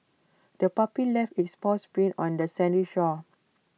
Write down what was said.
the puppy left its paw prints on the sandy shore